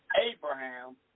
Abraham